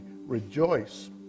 rejoice